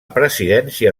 presidència